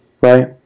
right